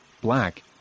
Black